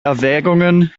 erwägungen